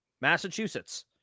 Massachusetts